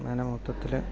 അങ്ങനെ മൊത്തത്തിൽ